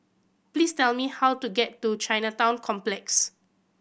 please tell me how to get to Chinatown Complex